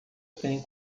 tem